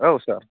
औ सार